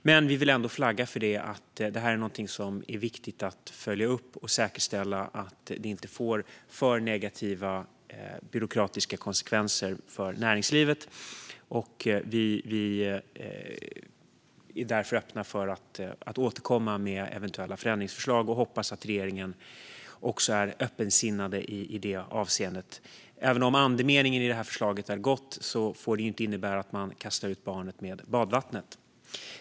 Men vi vill flagga för att detta är någonting som är viktigt att följa upp och säkerställa att det inte får för negativa byråkratiska konsekvenser för näringslivet. Vi är därför öppna för att återkomma med eventuella förändringsförslag och hoppas att regeringen också är öppen för det. Även om andemeningen i detta förslag är gott får det inte innebära att man kastar ut barnet med badvattnet.